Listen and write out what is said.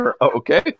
Okay